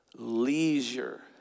Leisure